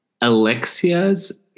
Alexia's